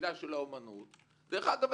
שתפקידה של האומנות ואגב,